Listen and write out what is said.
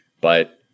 But-